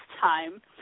time